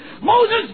Moses